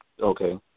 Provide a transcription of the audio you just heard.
Okay